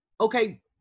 okay